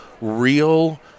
real